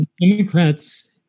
Democrats